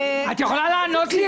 והיא לא עושה את זה.